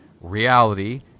reality